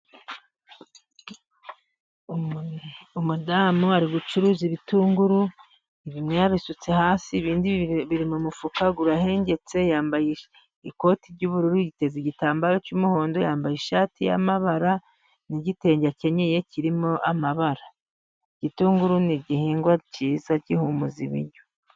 Umudamu ari gucuruza ibitunguru, bimwe yabisutse hasi, ibindi biri mu mufuka uhengetse, yambaye ikoti ry'ubururu, yiteze igitambaro cy'umuhondo, yambaye ishati y'amabara n'igitenge akenyeye kirimo amabara. Igitunguru ni igihingwa cyiza gihumuza ibiryo.